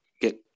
get